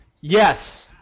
Yes